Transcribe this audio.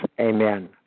amen